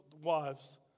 wives